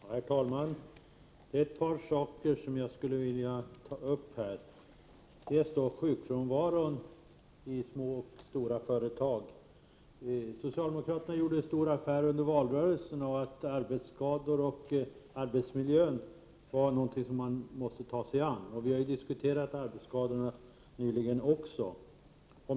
Herr talman! Det är ett par saker som jag skulle vilja ta upp här. Först sjukfrånvaron i små och stora företag. Socialdemokraterna gjorde under valrörelsen en stor affär av att arbetsskador och arbetsmiljö var någonting som man måste ta sig an. Vi har ju också nyligen diskuterat arbetsskadorna.